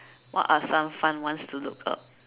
what are some fun ones to look up